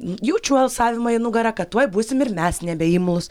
jaučiu alsavimą į nugarą kad tuoj būsim ir mes nebeimlūs